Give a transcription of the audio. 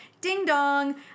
ding-dong